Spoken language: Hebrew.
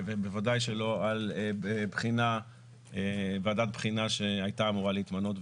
ובוודאי שלא על ועדת בחינה שהייתה אמורה להתמנות,